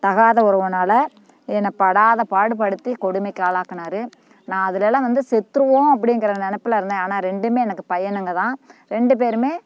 தகாத உறவினால என்னை படாதப்பாடுப்படுத்தி கொடுமைக்கு ஆளாக்கினாரு நான் அதிலேலாம் வந்து செத்துடுவோம் அப்படிங்கிற நெனைப்புல இருந்தேன் ஆனால் ரெண்டுமே எனக்கு பையனுங்க தான் ரெண்டு பேருமே